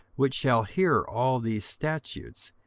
which shall hear all these statutes,